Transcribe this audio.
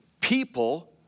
people